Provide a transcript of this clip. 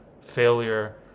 failure